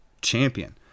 champion